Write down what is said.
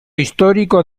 histórico